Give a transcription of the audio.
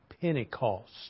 pentecost